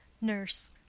Nurse